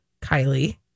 Kylie